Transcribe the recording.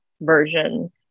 version